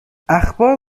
اخبار